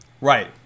Right